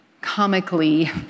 comically